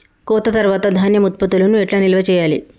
కోత తర్వాత ధాన్యం ఉత్పత్తులను ఎట్లా నిల్వ చేయాలి?